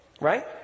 right